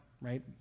right